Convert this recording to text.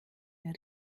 der